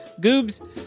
Goobs